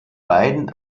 beiden